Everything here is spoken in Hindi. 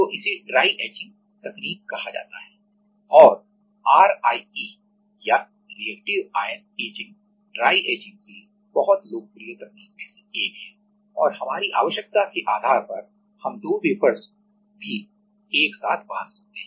तो इसे ड्राई एचिंग dry etchingतकनीक कहा जाता है और आरआईई या रिएक्टिव आयन एचिंगRIE or reactive ion etching dry एचिंगdry etching की बहुत लोकप्रिय तकनीक में से एक है और हमारी आवश्यकता के आधार पर हम दो वेफर्स भी एक साथ बांध सकते हैं